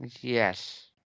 Yes